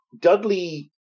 Dudley